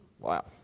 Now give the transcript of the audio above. Wow